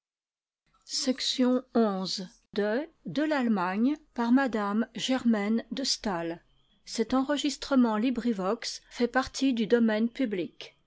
de m de